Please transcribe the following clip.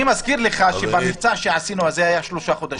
אני מזכיר לך שבמבצע שעשינו זה היה שלושה חודשים,